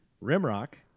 Rimrock